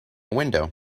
window